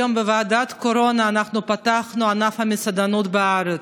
היום בוועדת הקורונה אנחנו פתחנו את ענף המסעדנות בארץ,